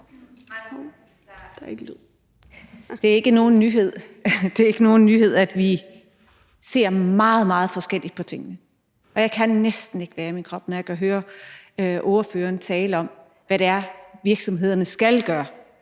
Det er ikke nogen nyhed, at vi ser meget, meget forskelligt på tingene, og jeg kan næsten ikke være i min krop, når jeg kan høre ordføreren tale om, hvad det er, virksomhederne skal gøre.